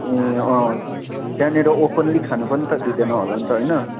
ए अँ त्यहाँनिर ओपन्ली खानु पनि त दिँदैन होला नि त होइन